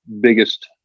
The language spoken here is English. biggest